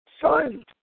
Son